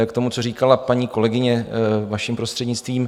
K tomu, co říkala paní kolegyně, vaším prostřednictvím.